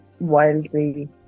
wildly